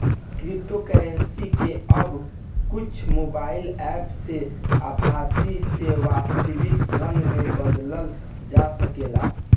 cryptocurrency के अब कुछ मोबाईल एप्प से आभासी से वास्तविक धन में बदलल जा सकेला